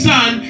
Son